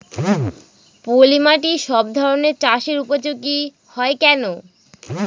পলিমাটি সব ধরনের চাষের উপযোগী হয় কেন?